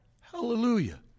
Hallelujah